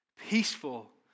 peaceful